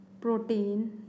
protein